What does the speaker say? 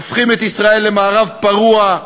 הופכים את ישראל למערב פרוע,